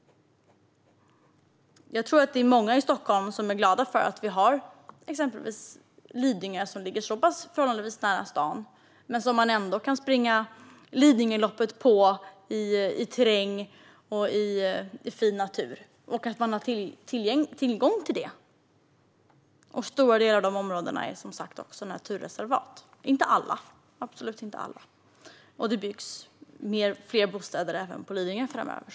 Jag tror att det är många i Stockholm som är glada för att vi har exempelvis Lidingö, som ligger förhållandevis nära stan men där man ändå kan springa Lidingöloppet i terräng och i fin natur. Jag tror att många är glada över att ha tillgång till detta. Stora delar av dessa områden - dock inte alla - är som sagt dessutom naturreservat. Det byggs såklart fler bostäder även på Lidingö framöver.